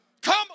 Come